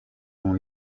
ont